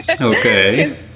Okay